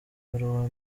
ibaruwa